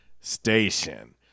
Station